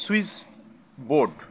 switch board